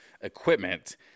equipment